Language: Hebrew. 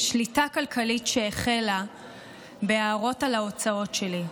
שליטה כלכלית שהחלה בהערות על ההוצאות שלי,